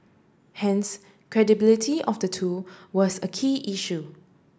hence credibility of the two was a key issue